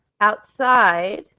outside